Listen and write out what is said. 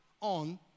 on